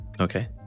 Okay